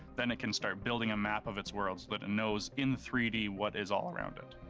then it can start building a map of its world, so that it knows in three d what is all around it.